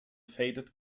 faded